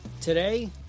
Today